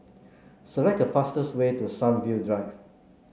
select the fastest way to Sunview Drive